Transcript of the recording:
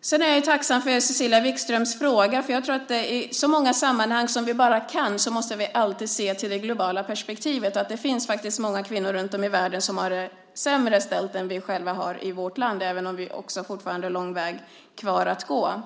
Sedan är jag tacksam för Cecilia Wigströms fråga. Jag tror nämligen att vi i så många sammanhang som det bara är möjligt måste se till det globala perspektivet, och det finns många kvinnor runtom i världen som har det sämre ställt än vi i vårt land, även om också vi fortfarande har lång väg kvar att gå.